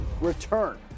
return